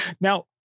Now